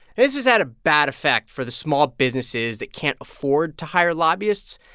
this has had a bad effect for the small businesses that can't afford to hire lobbyists.